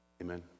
Amen